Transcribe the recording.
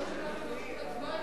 למשוך עוד זמן,